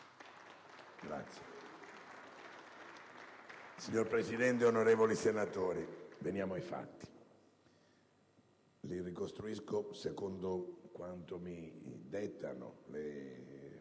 IdV)*. Signora Presidente, onorevoli senatori, veniamo ai fatti: li ricostruisco secondo quanto mi dettano le